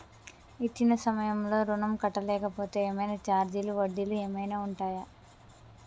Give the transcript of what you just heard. ఇచ్చిన సమయంలో ఋణం కట్టలేకపోతే ఏమైనా ఛార్జీలు వడ్డీలు ఏమైనా ఉంటయా?